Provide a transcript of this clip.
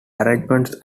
arrangements